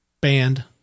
band